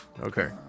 Okay